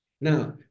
Now